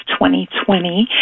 2020